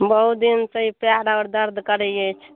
बहुत दिनसँ ई पएर आओर दर्द करैत अछि